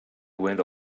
went